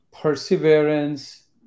perseverance